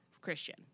Christian